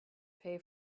pay